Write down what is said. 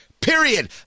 Period